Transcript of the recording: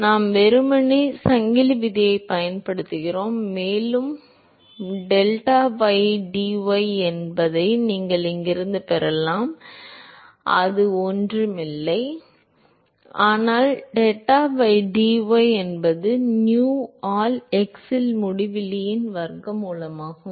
எனவே நான் வெறுமனே சங்கிலி விதியைப் பயன்படுத்துகிறேன் மேலும் டெட்டா பை dy என்பதை நீங்கள் இங்கிருந்து பெறலாம் அது ஒன்றும் இல்லை ஆனால் டெட்டா பை dy என்பது nu ஆல் x இல் முடிவிலி இன் வர்க்கமூலமாகும்